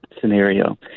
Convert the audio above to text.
scenario